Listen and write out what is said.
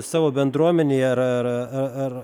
savo bendruomenėje ar ar ar ar